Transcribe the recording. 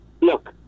Look